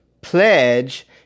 pledge